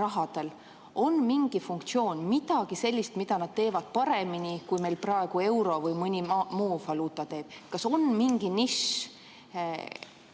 rahadel on mingi funktsioon, midagi sellist, mida nad teevad paremini, kui meil praegu euro või mõni muu valuuta teeb? Kas on mingi nišš,